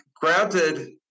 Granted